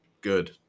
good